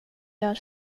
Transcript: gör